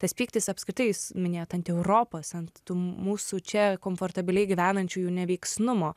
tas pyktis apskritais jūs minėjot ant europos ant mūsų čia komfortabiliai gyvenančių neveiksnumo